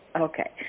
Okay